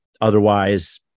otherwise